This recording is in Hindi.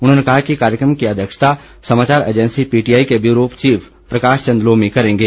उन्होंने कहा कि कार्यक्रम की अध्यक्षता समाचार एजैंसी पीटीआई के ब्यूरो चीफ प्रकाश चंद लोमी करेंगे